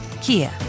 Kia